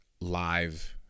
live